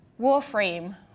Warframe